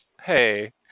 hey